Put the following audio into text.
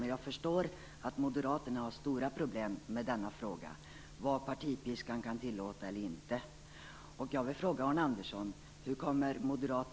Men jag förstår att Moderaterna har stora problem med denna fråga - vad partipiskan kan tillåta eller inte.